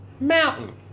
mountain